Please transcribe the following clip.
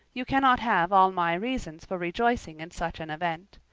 you cannot have all my reasons for rejoicing in such an event.